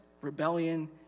rebellion